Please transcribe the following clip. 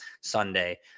Sunday